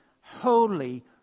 holy